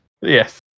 Yes